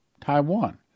Taiwan